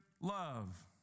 love